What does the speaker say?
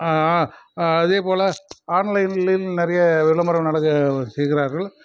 ஆ அதேப்போல ஆன்லைனில் நிறைய விளம்பரம் நடக்க செய்கிறார்கள்